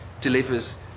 delivers